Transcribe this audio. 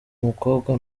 mukobwa